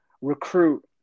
recruit